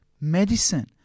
medicine